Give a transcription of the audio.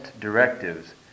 directives